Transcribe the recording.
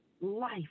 life